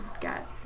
get